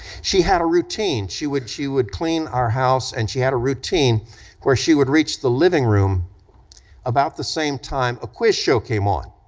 she had a routine, she would she would clean our house and she had a routine where she would reach the living room about the same time a quiz show came on.